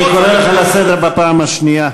אני קורא אותך לסדר בפעם השנייה.